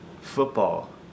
football